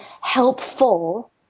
helpful